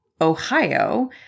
Ohio